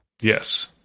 Yes